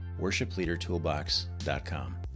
worshipleadertoolbox.com